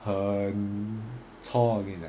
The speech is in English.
很 chor 我跟你讲